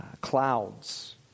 clouds